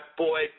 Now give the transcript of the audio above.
boy